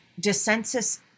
dissensus